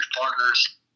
partners